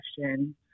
question